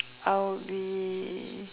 I would be